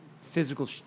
physical